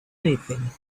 anything